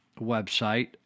website